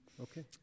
Okay